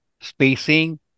spacing